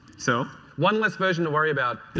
so one less version to worry about.